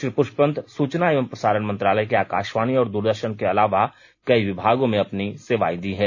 श्री प्रष्पवंत सुचना एवं प्रसारण मंत्रालय के आकाशवाणी और द्रदर्षन के अलावा कई विभागों में अपनी सेवाए दी है